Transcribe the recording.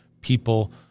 people